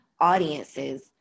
audiences